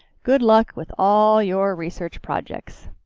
good luck with all your research projects!